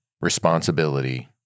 responsibility